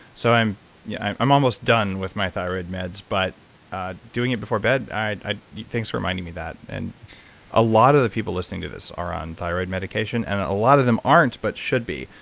so i'm yeah i'm almost done with my thyroid meds, but doing it before bed, i mean thanks for reminding me of that. and a lot of the people listening to this are on thyroid medication and a lot of them aren't but should be.